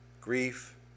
grief